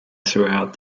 throughout